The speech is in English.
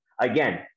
Again